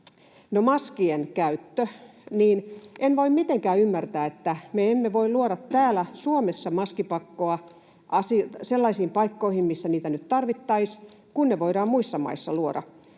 Maskien käyttö: En voi mitenkään ymmärtää, että me emme voi luoda täällä Suomessa maskipakkoa sellaisiin paikkoihin, missä niitä nyt tarvittaisiin, kun ne voidaan muissa maissa luoda.